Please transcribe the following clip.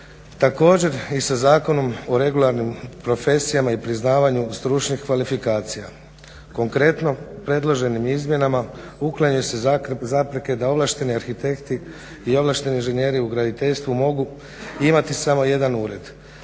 Također i sa Zakonom o regularnim profesijama i priznavanju stručnih kvalifikacija. Konkretno, predloženim izmjenama uklanjaju se zapreke da ovlašteni arhitekti i ovlašteni inženjeri u graditeljstvu mogu imati samo jedan ured.